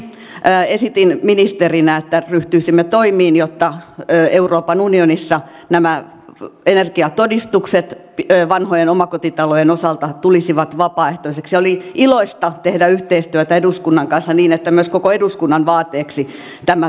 esitin ministerinä että ryhtyisimme toimiin jotta euroopan unionissa nämä energiatodistukset vanhojen omakotitalojen osalta tulisivat vapaaehtoisiksi ja oli iloista tehdä yhteistyötä eduskunnan kanssa niin että myös koko eduskunnan vaateeksi tämä tuli